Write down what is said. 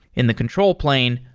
in the control plane,